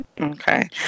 Okay